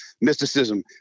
mysticism